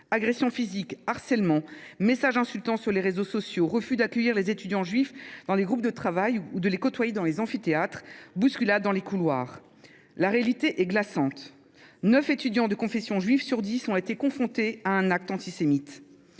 Agressions physiques, harcèlement, messages insultants sur les réseaux sociaux, refus d’accueillir des étudiants juifs dans des groupes de travail ou de les côtoyer dans les amphithéâtres, bousculades dans les couloirs… La réalité est glaçante. Neuf étudiants de confession juive sur dix ont déjà été confrontés à un acte antisémite.